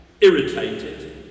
irritated